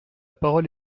parole